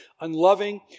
unloving